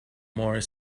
more